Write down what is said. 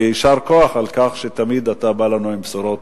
יישר כוח על כך שתמיד אתה בא אלינו עם בשורות,